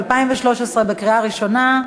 התשע"ד 2013, בקריאה ראשונה.